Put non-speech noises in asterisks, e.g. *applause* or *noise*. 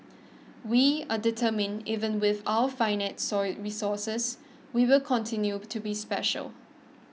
we are determined even with our finite *unintelligible* resources we will continue to be special